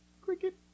cricket